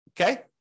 okay